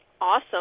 Awesome